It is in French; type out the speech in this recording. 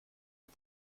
aux